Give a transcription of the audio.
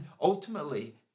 ultimately –